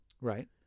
Right